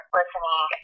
listening